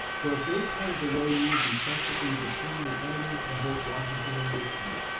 for a great part of the way you would be practically between the enemy and both washington and richmond,